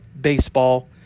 baseball